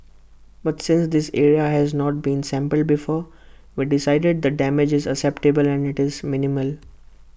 but since this area has not been sampled before we decided the damage is acceptable and IT is minimal